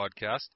Podcast